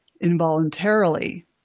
involuntarily